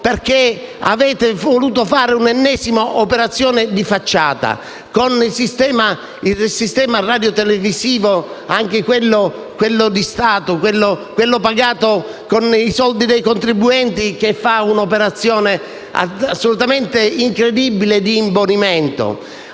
perché avete voluto fare un'ennesima operazione di facciata con il sistema radiotelevisivo, che è quello di Stato ed è pagato con soldi dei contribuenti, che fa un'operazione assolutamente incredibile di imbonimento.